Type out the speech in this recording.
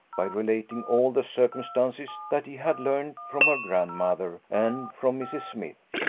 by relating all the circumstances that he had learned from her grandmother, and from mrs. smith,